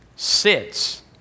Sits